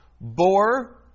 bore